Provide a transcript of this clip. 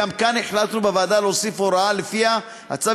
גם כאן החלטנו בוועדה להוסיף הוראה שלפיה הצו